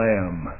Lamb